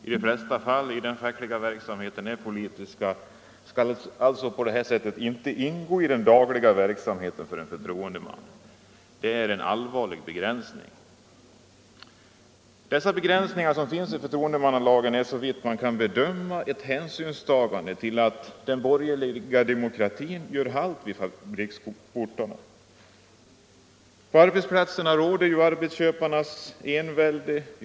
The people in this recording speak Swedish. I de flesta fall är ju de fackliga frågorna politiska, men de skall alltså inte ingå i den dagliga verksamheten för en förtroendeman. Det är en allvarlig begränsning. Dessa begränsningar i förtroendemannalagen är såvitt man kan bedöma ett hänsynstagande till att den borgerliga demokratin gör halt vid fabriksportarna. På arbetsplatserna råder ju arbetsköparnas envälde.